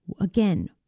again